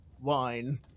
wine